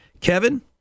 kevin